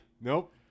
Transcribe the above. Nope